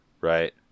right